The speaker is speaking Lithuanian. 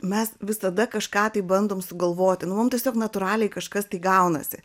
mes visada kažką tai bandom sugalvoti nu mum tiesiog natūraliai kažkas tai gaunasi